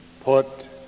put